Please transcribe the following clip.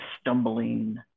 stumbling